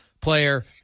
player